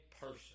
person